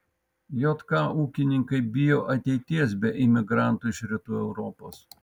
jk ūkininkai bijo ateities be imigrantų iš rytų europos